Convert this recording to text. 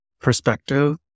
perspective